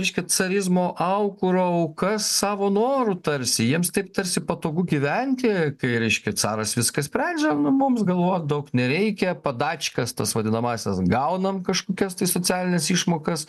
reiškia carizmo aukuro aukas savo noru tarsi jiems taip tarsi patogu gyventi tai reiškia caras viską sprendžia nu mums galvot daug nereikia padačkas tas vadinamąsias gaunam kažkokias tai socialines išmokas